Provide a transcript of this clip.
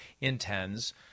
intends